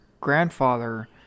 grandfather